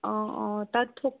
অঁ অঁ তাত থ